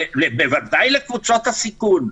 בוודאי לקבוצות הסיכון.